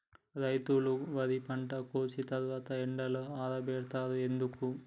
రైతులు వరి పంటను కోసిన తర్వాత ఎండలో ఆరబెడుతరు ఎందుకు?